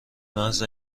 محض